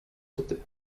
tedy